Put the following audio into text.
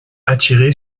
attiré